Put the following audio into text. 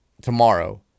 tomorrow